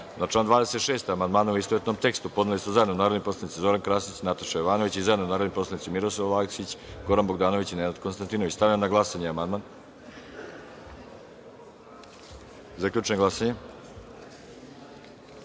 član 26. amandmane, u istovetnom tekstu, podneli su zajedno narodni poslanici Zoran Krasić i Nataša Jovanović i zajedno narodni poslanici Miroslav Aleksić, Goran Bogdanović i Nenad Konstantinović. Stavljam na glasanje ovaj amandman. Zaključujem glasanje